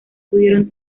pudieron